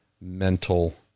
mental